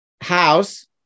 house